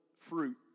fruit